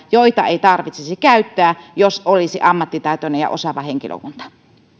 joita ei tarvitsisi käyttää jos olisi ammattitaitoinen ja osaava henkilökunta